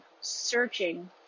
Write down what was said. searching